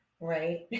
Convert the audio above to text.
Right